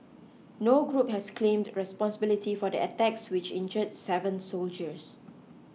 no group has claimed responsibility for the attacks which injured seven soldiers